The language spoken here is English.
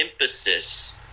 emphasis